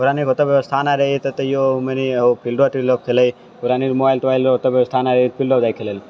व्यवस्था नहि रहै तैयो हमनी फील्डो तिल्डो पे खेलय मोबाइल तोबाइल व्यवस्था नहि होय फील्डो पऽ जाय खेलै लऽ